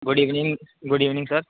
good evening good evening sir